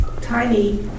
tiny